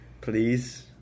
Please